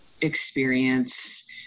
experience